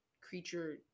creature